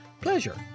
pleasure